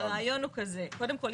הרעיון הוא כזה: קודם כל,